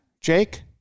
Jake